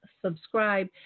subscribe